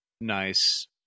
nice